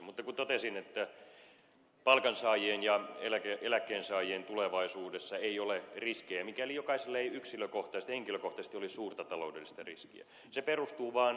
mutta kun totesin että palkansaajien ja eläkkeensaajien tulevaisuudessa ei ole riskejä mikäli jokaisella ei yksilökohtaisesti henkilökohtaisesti ole suurta taloudellista riskiä se perustuu vaan faktoihin